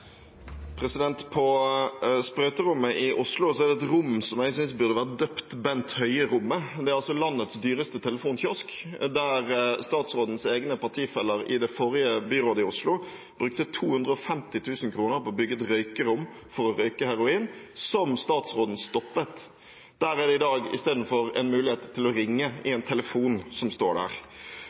I sprøyterommet i Oslo er det et rom som jeg synes burde vært døpt «Bent Høie-rommet». Det er altså landets dyreste telefonkiosk: Statsrådens egne partifeller i det forrige byrådet i Oslo brukte 250 000 kr på å bygge et røykerom for røyking av heroin, som statsråden stoppet. Der er det i dag isteden en mulighet til å ringe i en telefon som står der.